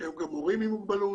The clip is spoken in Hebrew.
יש גם מורים עם מוגבלות